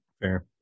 Fair